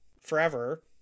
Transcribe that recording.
forever